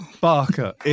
Barker